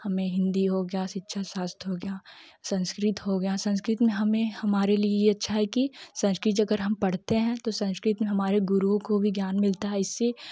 हमें हिन्दी हो गया शिक्षाशास्त्र हो गया संस्कृत हो गया संस्कृत में हमें हमारे लिए यह अच्छा है कि संस्कृत जगर हम पढ़ते है तो संस्कृत मे हमारे गुरुओं को भी ज्ञान मिलता है इससे